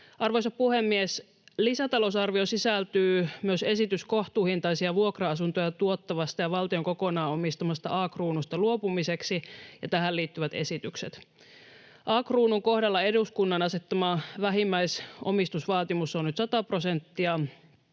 Arvoisa puhemies! Lisätalousarvioon sisältyy myös esitys kohtuuhintaisia vuokra-asuntoja tuottavasta ja valtion kokonaan omistamasta A-Kruunusta luopumiseksi ja tähän liittyvät esitykset. A-Kruunun kohdalla eduskunnan asettama vähimmäisomistusvaatimus on nyt 100 prosenttia,